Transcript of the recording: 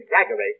exaggerate